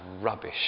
rubbish